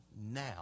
now